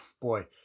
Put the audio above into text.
boy